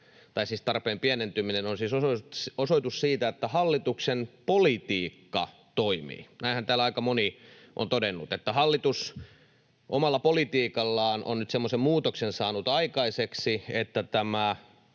tai siis tarpeen pienentyminen on nyt siis osoitus siitä, että hallituksen politiikka toimii. Näinhän täällä aika moni on todennut, että hallitus omalla politiikallaan on nyt semmoisen muutoksen saanut aikaiseksi, että tämä